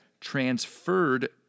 transferred